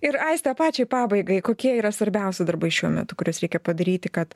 ir aiste pačiai pabaigai kokie yra svarbiausi darbai šiuo metu kuriuos reikia padaryti kad